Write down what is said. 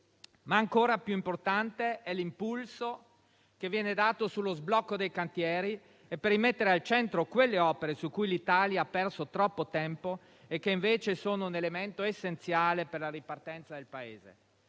Ma ancora più importante è l'impulso che viene dato allo sblocco dei cantieri, per rimettere al centro quelle opere su cui l'Italia ha perso troppo tempo e che, invece, sono un elemento essenziale per la ripartenza del Paese.